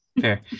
fair